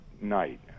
night